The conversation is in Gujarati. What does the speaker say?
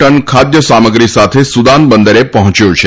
ટન ખાદ્ય સામગ્રી સાથે સુદાન બંદરે પહોંચ્યું છે